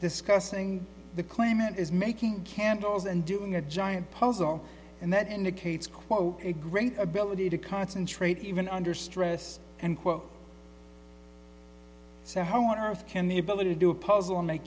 discussing the claimant is making candles and doing a giant puzzle and that indicates quote a great ability to concentrate even under stress and quote so how on earth can the ability to do a puzzle